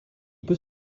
peut